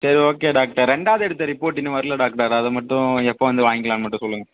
சரி okay doctor ரெண்டாவது எடுத்த ரிப்போர்ட் இன்னும் வரலை டாக்டர் அதை மட்டும் எப்போ வந்து வாங்கிக்கலான்னு மட்டும் சொல்லுங்கள்